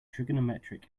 trigonometric